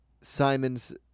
Simon's